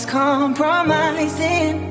compromising